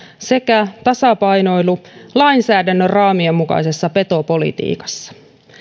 sekä tasapainoilu lainsäädännön raamien mukaisessa petopolitiikassa